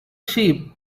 sheep